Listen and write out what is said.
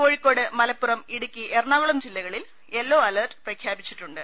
Kozhikode Malappuram Idukki Ernakulam ജില്ലകളിൽ yellow alert പ്രഖ്യാപിച്ചിട്ടുണ്ട്